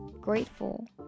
grateful